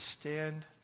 stand